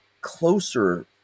closer